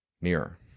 Mirror